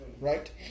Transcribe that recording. right